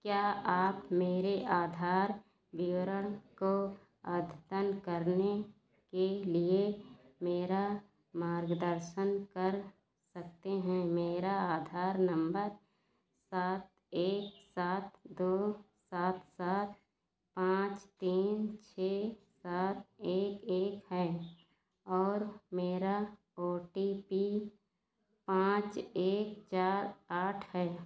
क्या आप मेरे आधार विवरण को अद्यतन करने के लिए मेरा मार्गदर्शन कर सकते हैं मेरा आधार नंबर सात एक सात दो सात सात पाँच तीन छः सात एक एक हैं और मेरा ओ टी पी पाँच एक चार आठ है